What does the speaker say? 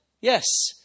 Yes